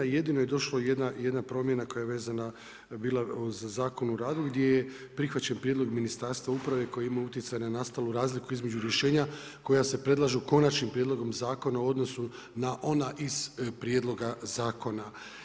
Jedino je došla jedna promjena koja je vezana bila uz Zakon o radu gdje je prihvaćen prijedlog Ministarstva uprave koji je imao utjecaj na nastalu razliku između rješenja koja se predlažu konačnim prijedlogom zakona u odnosu na ona iz prijedloga zakona.